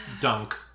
Dunk